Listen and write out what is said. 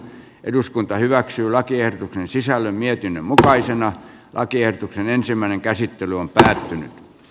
eduskunta hyväksyi lakiehdotuksen sisällön ja mutkaisen lakiehdotuksen ensimmäinen käsittely on päättynyt t